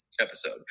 episode